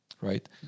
Right